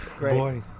boy